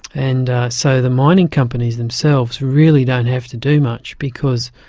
and so the mining companies themselves really don't have to do much because,